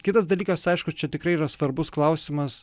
kitas dalykas aišku čia tikrai yra svarbus klausimas